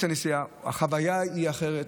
החוויה היא אחרת.